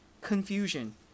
confusion